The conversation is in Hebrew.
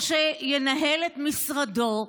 או שינהל את משרדו,